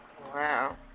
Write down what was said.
Wow